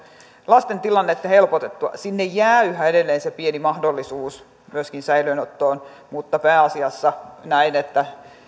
lasten tilannetta helpotettua sinne jää yhä edelleen se pieni mahdollisuus myöskin säilöönottoon mutta pääasiassa näen että